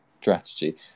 strategy